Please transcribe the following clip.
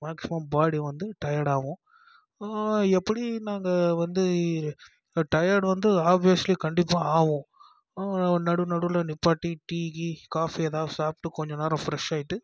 maximum body வந்து tired ஆவும் எப்படி நாங்கள் வந்து டயர்ட் வந்து ஆப்வியஸ்லி கண்டிப்பாக ஆவும் நடு நடுவில் நிப்பாட்டி டீ கீ காஃபி எதாவது சாப்பிட்டு கொஞ்ச நேரம் ப்ரெஷ் ஆயிட்டு